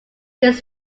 this